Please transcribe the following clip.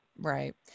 right